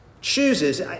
chooses